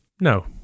No